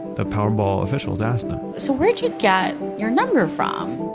the powerball officials asked them, so where'd you get your number from?